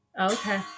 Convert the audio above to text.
Okay